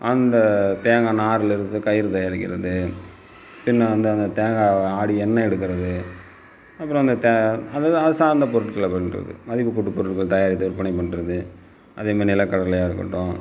அந்த தேங்காய் நாரில் இருந்து கயிறு தயாரிக்கிறது என்ன அந்த அந்த தேங்காய் ஆட்டி எண்ணெய் எடுக்கிறது அப்புறம் அந்த அது அது சார்ந்த பொருட்களை பண்ணுறது மதிப்பு கூட்டு பொருள் விற்பனை பண்ணுறது அதே மாதிரி நிலக்கடலையாக இருக்கட்டும்